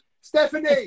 Stephanie